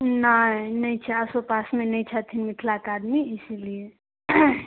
नहि नहि छै आसोपासमे नहि छथिन मिथलाक आदमी इसीलिए